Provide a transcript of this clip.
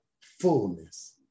fullness